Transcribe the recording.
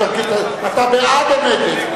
אתה בעד או נגד?